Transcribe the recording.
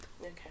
Okay